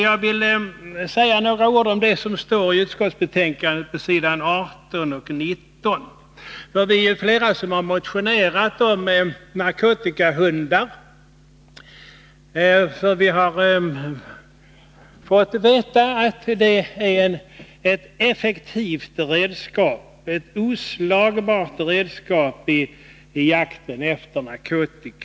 Jag skall säga något om det som står på s. 18 och 19 i utskottsbetänkandet. Vi är flera som har motionerat om narkotikahundar, eftersom vi har fått veta att de är ett effektivt och oslagbart redskap i jakten efter narkotika.